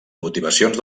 motivacions